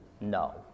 No